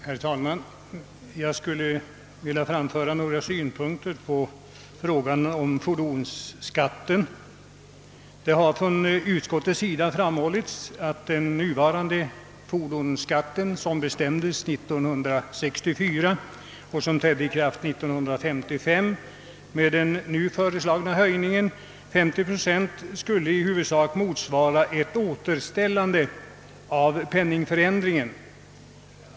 Herr talman! Jag skulle vilja anföra några synpunkter på frågan om fordonsskatten. Den nuvarande fordonsskatten bestämdes 1954 och trädde i kraft 1955. Utskottet har framhållit att den nu föreslagna höjningen med 50 procent skulle i huvudsak innebära ett återställande av skattens höjd med hänsyn till penningvärdeförändringen.